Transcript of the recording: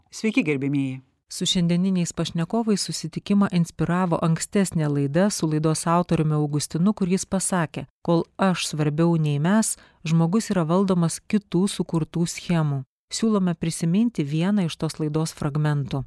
sveiki gerbiamieji su šiandieniniais pašnekovais susitikimą inspiravo ankstesnė laida su laidos autoriumi augustinu kur jis pasakė kol aš svarbiau nei mes žmogus yra valdomas kitų sukurtų schemų siūlome prisiminti vieną iš tos laidos fragmentų